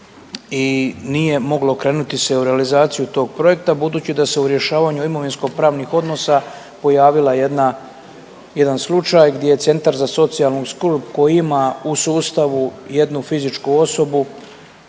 i nije moglo krenuti sa realizacijom tog projekta budući da se u rješavanju imovinsko-pravnih odnosa pojavio jedan slučaj gdje je Centar za socijalnu skrb koji ima u sustavu jednu fizičku osobu